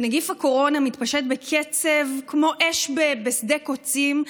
נגיף הקורונה מתפשט בקצב, כמו אש בשדה קוצים,